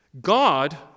God